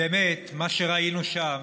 באמת, מה שראינו שם